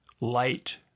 light